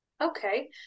Okay